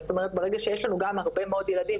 אז זאת אומרת ברגע שיש לנו גם הרבה מאוד ילדים,